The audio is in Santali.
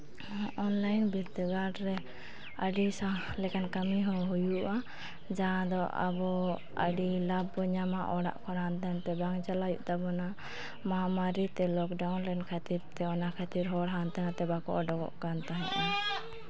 ᱚᱱᱞᱟᱭᱤᱱ ᱵᱤᱨᱫᱟᱹᱜᱟᱲ ᱨᱮ ᱟᱹᱰᱤ ᱥᱟᱶᱦᱟ ᱞᱮᱠᱟᱱ ᱠᱟᱹᱢᱤ ᱦᱚᱸ ᱦᱩᱭᱩᱜᱼᱟ ᱡᱟᱦᱟᱸ ᱫᱚ ᱟᱵᱚ ᱟᱹᱰᱤ ᱞᱟᱵᱽ ᱵᱚ ᱧᱟᱢᱟ ᱚᱲᱟᱜ ᱠᱷᱚᱱ ᱦᱟᱱᱛᱮ ᱱᱟᱛᱮ ᱵᱟᱝ ᱪᱟᱞᱟᱜ ᱦᱩᱭᱩᱜ ᱛᱟᱵᱚᱱᱟ ᱢᱚᱦᱟᱢᱟᱨᱤᱛᱮ ᱞᱚᱠᱰᱟᱣᱩᱱ ᱞᱮᱱ ᱠᱷᱟᱹᱛᱤᱨᱛᱮ ᱚᱱᱟ ᱠᱷᱟᱹᱛᱤᱨ ᱦᱚᱲ ᱦᱟᱱᱛᱮ ᱱᱟᱛᱮ ᱵᱟᱠᱚ ᱩᱰᱩᱠᱚᱜ ᱠᱟᱱ ᱛᱟᱦᱮᱸᱜᱼᱟ